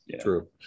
True